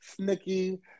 Snicky